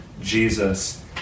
Jesus